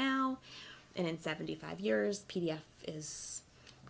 now and seventy five years p d f is